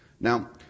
Now